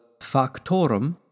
Factorum